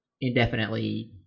indefinitely